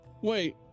Wait